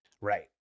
right